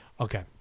Okay